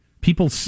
People